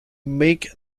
make